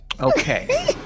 Okay